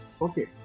okay